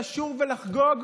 לשוב ולחגוג,